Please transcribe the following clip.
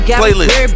playlist